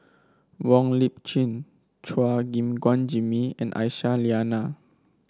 Wong Lip Chin Chua Gim Guan Jimmy and Aisyah Lyana